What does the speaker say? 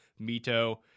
Mito